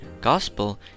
gospel